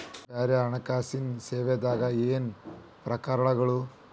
ಬ್ಯಾರೆ ಹಣ್ಕಾಸಿನ್ ಸೇವಾದಾಗ ಏನೇನ್ ಪ್ರಕಾರ್ಗಳವ?